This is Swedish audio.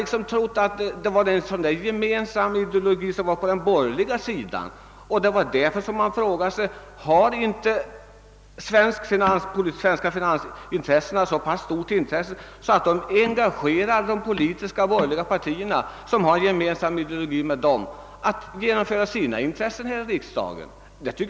Jag trodde att det även på det borgerliga hållet rörde sig om en gemensam ideologi, och det är därför jag frågat: Gör inte de svenska finansintressena så, att de engagerar de borgerliga politiska partierna, som har en med dessa finansintressen gemensam ideologi, för att få gehör för sina synpunkter här i riksdagen?